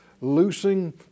loosing